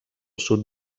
sud